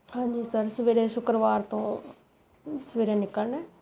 ਹਾਂਜੀ ਸਰ ਸਵੇਰੇ ਸ਼ੁਕਰਵਾਰ ਤੋਂ ਸਵੇਰੇ ਨਿਕਲਣਾ ਹੈ